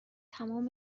تموم